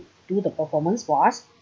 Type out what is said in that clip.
do the performance for us